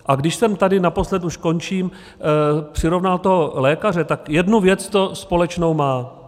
A když jsem tady naposled už končím přirovnal toho lékaře, tak jednu věc to společnou má.